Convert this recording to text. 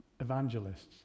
evangelists